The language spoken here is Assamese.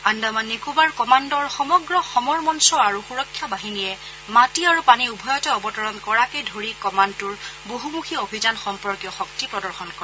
আন্দামান নিকোবৰ কমাণ্ডৰ সমগ্ৰ সমৰ মঞ্চ আৰু সুৰক্ষা বাহিনীয়ে মাটি আৰু পানী উভয়তে অৱতৰণ কৰাকে ধৰি কমাণুটোৰ বহুমুখী অভিযান সম্পৰ্কীয় শক্তি প্ৰদৰ্শন কৰে